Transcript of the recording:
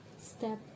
Step